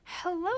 Hello